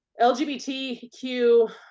lgbtq